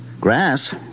Grass